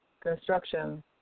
construction